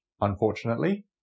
unfortunately